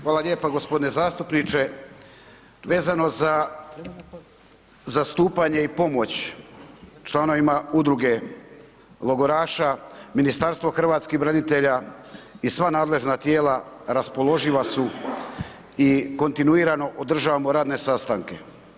Hvala lijepa, gospodine zastupniče vezano za zastupanje i pomoć članovima udruge logoraša Ministarstvo hrvatskih branitelja i sva nadležna tijela raspoloživa su i kontinuirano održavamo radne sastanke.